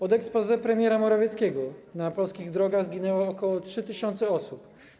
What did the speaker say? Od exposé premiera Morawieckiego na polskich drogach zginęło ok. 3 tys. osób.